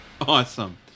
Awesome